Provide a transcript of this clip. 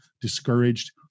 discouraged